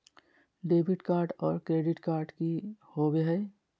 Debit card और credit card की होवे हय?